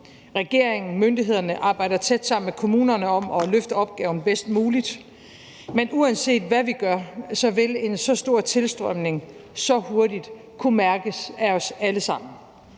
Regeringen og myndighederne arbejder tæt sammen med kommunerne om at løfte opgaven bedst muligt. Men uanset hvad vi gør, vil en så stor tilstrømning så hurtigt kunne mærkes af os alle sammen.